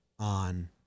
on